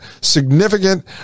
significant